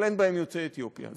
אבל אין בהם יוצאי אתיופיה.